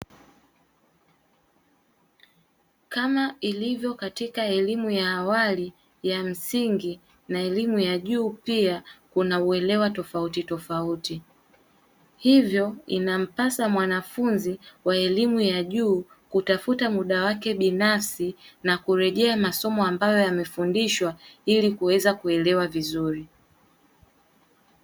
Kama ilivyo katika elimu ya awali ya msingi na elimu ya juu pia kuna uelewa tofautitofauti. Hivyo inampasa mwanafunzi wa elimu ya juu kutafuta muda wake binafsi na kurejea masomo ambayo amefundishwa, ili kuweza kuelewa vizuri.